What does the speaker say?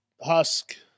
husk